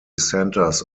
centers